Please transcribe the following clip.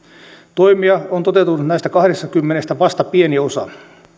toimia on toteutunut näistä kahdestakymmenestä vain pieni osa